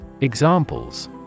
Examples